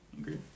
agree